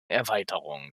erweiterung